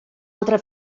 altra